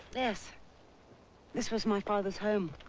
yes this was my father's home.